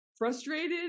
Frustrated